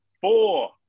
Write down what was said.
four